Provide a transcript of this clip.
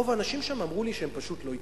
רוב האנשים שם אמרו לי שהם פשוט לא הצביעו.